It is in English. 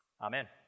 Amen